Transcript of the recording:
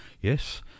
yes